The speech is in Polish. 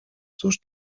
cóż